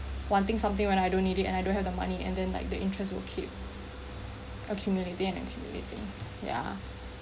wanting something when I don't need it and I don't have the money and then like the interest will keep accumulating and accumulating ya